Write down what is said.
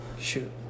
shoot